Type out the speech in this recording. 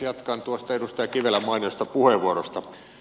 jatkan tuosta edustaja kivelän mainiosta puheenvuorosta